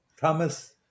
Thomas